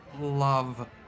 love